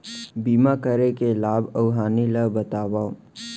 बीमा करे के लाभ अऊ हानि ला बतावव